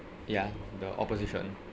ya the opposition